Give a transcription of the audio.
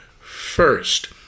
first